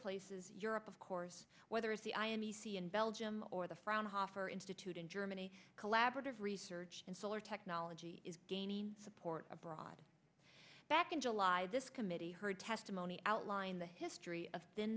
places europe of course whether it's the i m f in belgium or the frown hoffer institute in germany collaborative research and solar technology is gaining support abroad back in july this committee heard testimony outlined the history of th